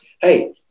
Hey